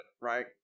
right